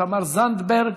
תמר זנדברג,